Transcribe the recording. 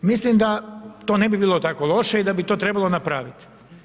Mislim da to ne bi bilo tako loše i da bi to trebalo napraviti.